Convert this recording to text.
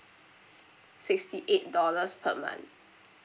sixty eight dollars per month